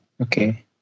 Okay